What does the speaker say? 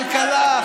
כלכלה,